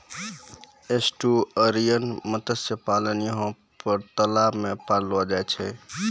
estuarine मत्स्य पालन यहाँ पर तलाव मे पाललो जाय छै